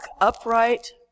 upright